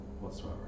whatsoever